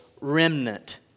remnant